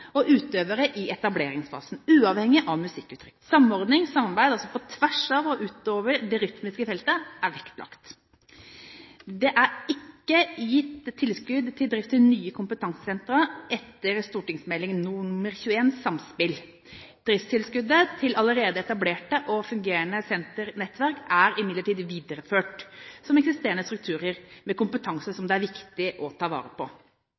og utøvere i etableringsfasen, uavhengig av musikkuttrykket. Samordning og samarbeid på tvers av og utover det rytmiske feltet er vektlagt. Det er ikke gitt tilskudd til drift av nye kompetansesentre etter St.meld nr. 21 for 2007–2008 Samspill. Driftstilskuddet til allerede etablerte og fungerende sentre og nettverk er imidlertid videreført som eksisterende strukturer med kompetanse som det er viktig å ta vare på.